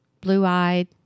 blue-eyed